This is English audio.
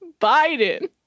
Biden